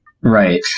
Right